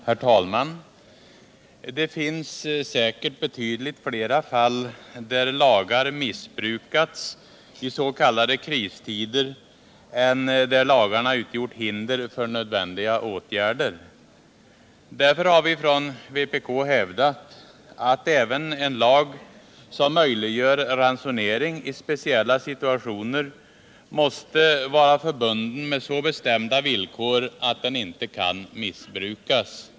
Herr talman! Det finns säkert i s.k. kristider betydligt flera fall där lagar missbrukas än där lagar utgjort hinder för nödvändiga åtgärder. Därför har vi från vpk hävdat att även en lag som möjliggör ransonering i speciella situationer måste vara förbunden med så bestämda villkor att den inte kan missbrukas.